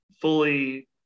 fully